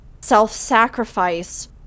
self-sacrifice